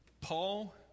Paul